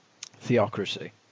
theocracy